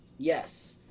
Yes